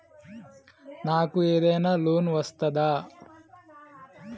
నాకు ఏదైనా లోన్ వస్తదా?